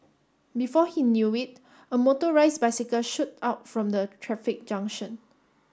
before he knew it a motorised bicycle shoot out from the traffic junction